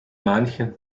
manchen